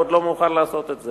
ועוד לא מאוחר לעשות את זה,